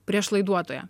prieš laiduotoją